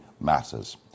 matters